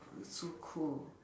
ah it's so cold